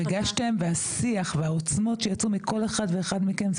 ריגשתם בשיח ובעוצמות שיצאו מכל אחד ואחד מכם.